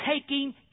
taking